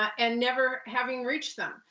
and never having reached them.